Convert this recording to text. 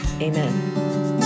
Amen